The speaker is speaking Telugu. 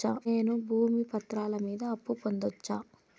నేను భూమి పత్రాల మీద అప్పు పొందొచ్చా?